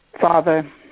Father